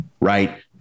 Right